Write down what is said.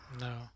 No